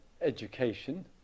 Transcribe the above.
education